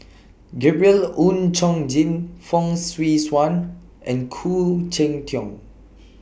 Gabriel Oon Chong Jin Fong Swee Suan and Khoo Cheng Tiong